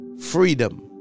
freedom